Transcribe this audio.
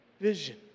vision